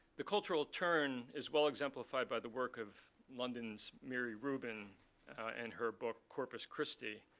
the cultural turn is well exemplified by the work of london's miri rubin and her book corpus christi.